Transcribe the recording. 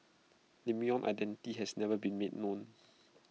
lemon's identity has never been made known